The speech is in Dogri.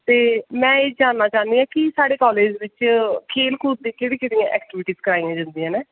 ते में एह् जानना चाह्न्नी आं कि साढ़े कॉलेज़ बिच केह्ड़ी केह्ड़ी एक्टीविटी कराई जंदी ऐ